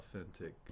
authentic